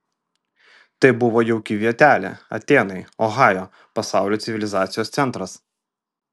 tai buvo jauki vietelė atėnai ohajo pasaulio civilizacijos centras